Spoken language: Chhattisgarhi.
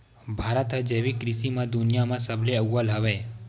भारत हा जैविक कृषि मा दुनिया मा सबले अव्वल हवे